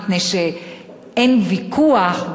הרי אין ויכוח,